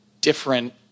different